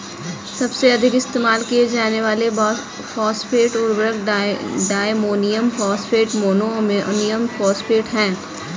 सबसे अधिक इस्तेमाल किए जाने वाले फॉस्फेट उर्वरक diammonium phosphate, mono ammonium phosphate हैं